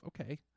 okay